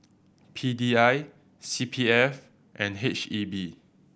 P D I C P F and H E B